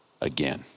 again